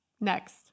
Next